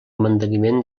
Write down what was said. manteniment